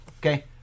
Okay